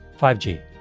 5G